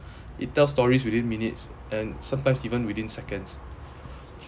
it tells stories within minutes and sometimes even within seconds